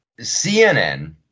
CNN